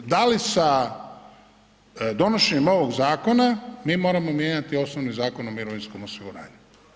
Da li sa donošenjem ovog zakona mi moramo mijenjati osnovni Zakon o mirovinskom osiguranju?